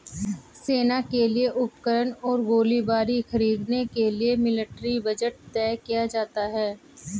सेना के लिए उपकरण और गोलीबारी खरीदने के लिए मिलिट्री बजट तय किया जाता है